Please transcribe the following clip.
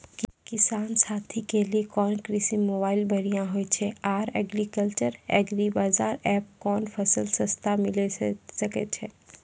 किसान साथी के लिए कोन कृषि मोबाइल बढ़िया होय छै आर एग्रीकल्चर के एग्रीबाजार एप कोन फसल सस्ता मिलैल सकै छै?